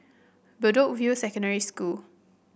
Bedok View Secondary School